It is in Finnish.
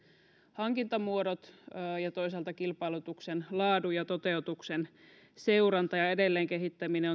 hankintamuotoja ja toisaalta kilpailutuksen laadun ja toteutuksen seurantaa ja edelleenkehittämistä